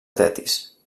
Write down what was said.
tetis